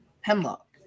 Hemlock